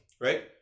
Right